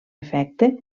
efecte